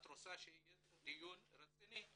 את רוצה שיהיה דיון רציני,